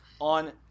on